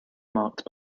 marked